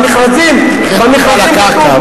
במכרזים כתוב,